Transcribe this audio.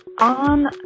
on